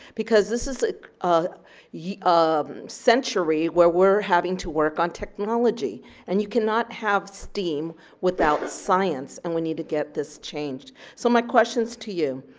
because this is like um a um century, where we're having to work on technology and you cannot have steam without science and we need to get this changed. so my questions to you,